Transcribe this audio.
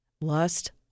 Lust